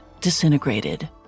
disintegrated